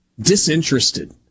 disinterested